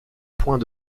point